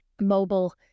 mobile